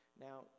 now